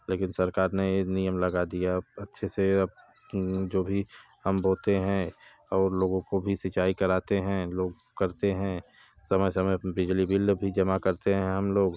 लेकिन सरकार ने ये नियम लगा दिया है अब अच्छे से अब जो भी हम बोते हैं और लोगों को भी सिंचाई कराते हैं लोग करते हैं समय समय पर बिजली बिल भी जमा करते हैं हम लोग